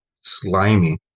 slimy